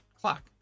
clock